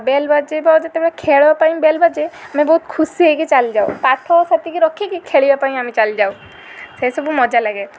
bail ବାଜିବ ଯେତେବେଳେ ଖେଳ ପାଇଁ ବେଲ୍ ବାଜେ ଆମେ ବହୁତ ଖୁସି ହେଇକି ଚାଲିଯାଉ ପାଠ ସେତିକି ରଖିକି ଖେଳିବା ପାଇଁ ଆମେ ଚାଲିଯାଉ ସେସବୁ ମଜା ଲାଗେ